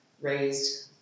raised